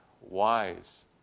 wise